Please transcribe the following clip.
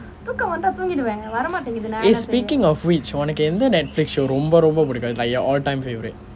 eh speaking of which உனக்கு எந்த:unakku entha Netflix show ரொம்ப ரொம்ப பிடிக்கும்:romba romba pidikum like your all time favourite